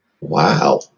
Wow